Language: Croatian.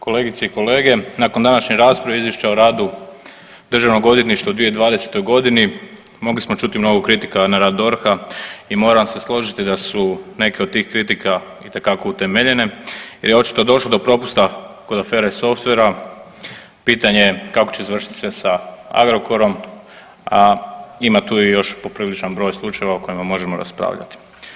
Kolegice i kolege, nakon današnje rasprave Izvješća o radu državnog odvjetništva u 2020. godini mogli smo čuti mnogo kritika na rad DORH-a i moram se složiti da su neke od tih kritika itekako utemeljene jer je očito došlo do propusta kod afere Softvera, pitanje kako će završiti sve sa Agrokorom, a ima tu i još popriličan broj slučajeva o kojima možemo raspravljati.